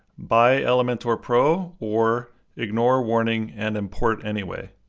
buy elementor pro or ignore warning and import anyway.